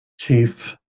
chief